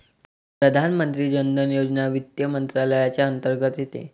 प्रधानमंत्री जन धन योजना वित्त मंत्रालयाच्या अंतर्गत येते